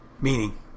Meaning